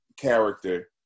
character